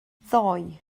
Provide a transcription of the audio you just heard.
ddoe